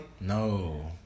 No